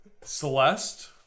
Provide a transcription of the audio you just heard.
Celeste